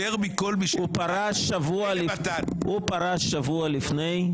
הוא פרש שבוע לפני.